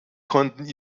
konnten